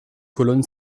colonnes